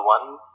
one